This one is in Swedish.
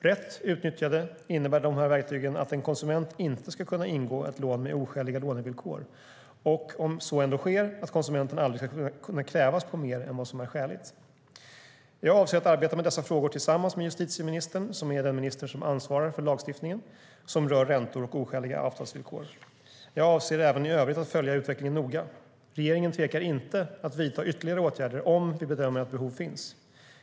Rätt utnyttjade innebär dessa verktyg att en konsument inte ska kunna ingå ett lån med oskäliga lånevillkor och, om så ändå sker, att konsumenten aldrig ska kunna krävas på mer än vad som är skäligt. Jag avser att arbeta med dessa frågor tillsammans med justitieministern, som är den minister som ansvarar för lagstiftningen som rör räntor och oskäliga avtalsvillkor. Jag avser även i övrigt att följa utvecklingen noga. Regeringen tvekar inte att vidta ytterligare åtgärder om vi bedömer att behov finns.